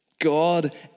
God